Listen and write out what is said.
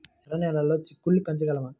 ఎర్ర నెలలో చిక్కుళ్ళు పెంచగలమా?